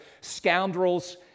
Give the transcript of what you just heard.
scoundrels